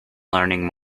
learning